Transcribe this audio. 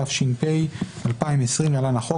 התש"ף 2020 (להלן החוק),